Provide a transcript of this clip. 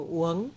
uống